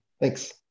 Thanks